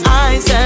eyes